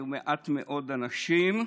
היו מעט מאוד אנשים,